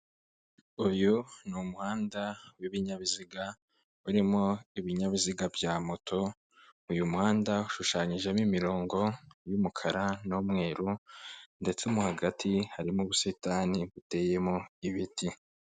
Uyu ni umuhanda w'ibinyabiziga urimo ibinyabiziga bya moto, uyu muhanda ushushanyijemo imirongo y'umukara n'umweru ndetse mo hagati harimo ubusitani buteyemo ibiti.